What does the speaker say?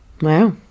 Wow